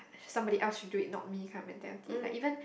somebody else should do it not me kind of mentality like even